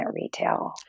retail